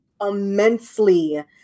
immensely